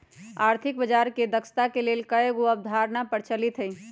आर्थिक बजार के दक्षता के लेल कयगो अवधारणा प्रचलित हइ